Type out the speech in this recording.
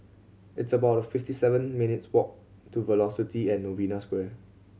it's about fifty seven minutes' walk to Velocity and Novena Square